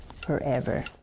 forever